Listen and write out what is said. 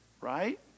right